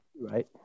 Right